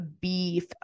beef